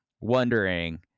wondering